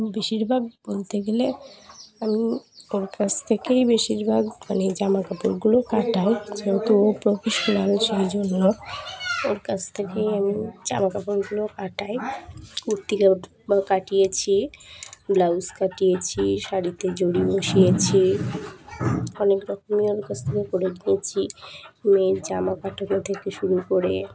বেশিরভাগ বলতে গেলে আমি ওর কাছ থেকেই বেশিরভাগ মানে জামা কাপড়গুলো কাটাই যেহেতু প্রফেশনাল সেই জন্য ওর কাছ থেকেই আমি জামা কাপড়গুলো কাটাই কুর্তি কাটিয়েছি ব্লাউজ কাটিয়েছি শাড়িতে জড়ি বসিয়েছি অনেক রকমই ওর কাছ থেকে করে নিয়েছি মেয়ের জামা কাটানো থেকে শুরু করে